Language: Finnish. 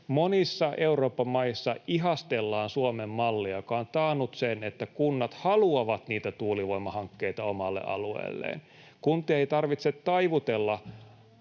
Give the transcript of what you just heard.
Monissa Euroopan maissa ihastellaan Suomen mallia, joka on taannut sen, että kunnat haluavat niitä tuulivoimahankkeita omalle alueelleen. [Eveliina